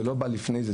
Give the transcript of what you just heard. זה לא בא לפני כן,